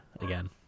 again